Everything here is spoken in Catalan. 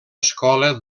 escola